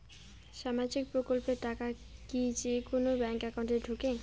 সামাজিক প্রকল্পের টাকা কি যে কুনো ব্যাংক একাউন্টে ঢুকে?